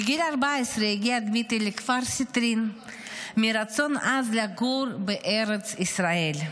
בגיל 14 הגיע דמיטרי לכפר סיטרין מרצון עז לגור בארץ ישראל.